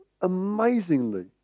amazingly